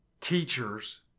teachers